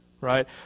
right